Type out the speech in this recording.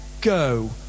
go